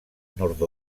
nord